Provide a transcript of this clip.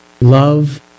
love